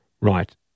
right